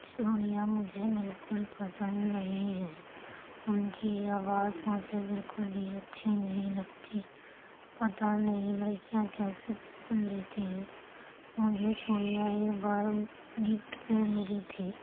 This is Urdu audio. چوڑیاں مجھے بالکل پسند نہیں ہیں ان کی آواز مجھے بالکل بھی اچھی نہیں لگتی پتہ نہیں لڑکیاں کیسے پہن لیتی ہیں مجھے چوڑیاں ایک بار گفٹ میں ملی تھی